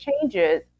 changes